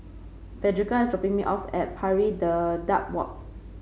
Frederica is dropping me off at Pari Dedap Walk